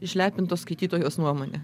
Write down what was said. išlepintos skaitytojos nuomonė